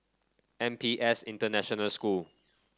N P S International School